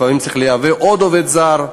לפעמים צריך לייבא עוד עובד זר,